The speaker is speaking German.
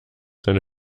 seine